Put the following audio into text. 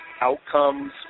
outcomes